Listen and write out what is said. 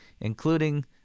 including